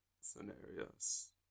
scenarios